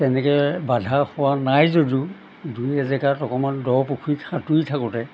তেনেকৈ বাধা হোৱা নাই যদিও দুই এজেগাত অকণমান দ পুখুৰীত সাঁতুৰি থাকোঁতে